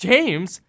James